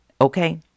okay